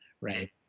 right